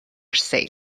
sale